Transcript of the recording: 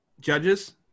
Judges